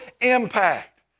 impact